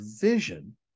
vision